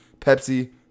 Pepsi